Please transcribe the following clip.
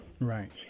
Right